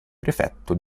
prefetto